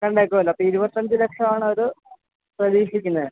രണ്ടേക്കറുമല്ല അപ്പം ഇരുപത്തഞ്ച് ലക്ഷമാണത് പ്രതീക്ഷിക്കുന്നത്